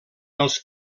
els